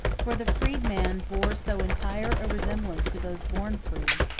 for the freedman bore so entire a resemblance to those born free,